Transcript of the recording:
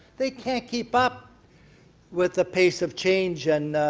they can't keep up with the pace of change and